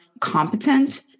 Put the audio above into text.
competent